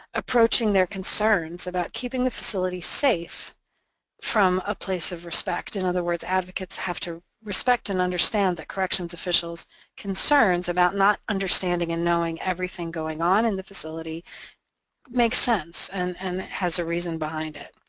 approaching their concerns about keeping the facility safe from a place of respect. in other words, advocates have to respect and understand that corrections officials concerns about not understanding and knowing everything going on in the facility make sense and and has a reason behind it.